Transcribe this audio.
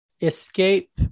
escape